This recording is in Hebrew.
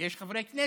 יש חברי כנסת,